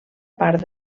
part